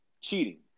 cheating